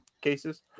cases